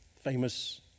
famous